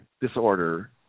disorder